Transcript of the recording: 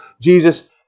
Jesus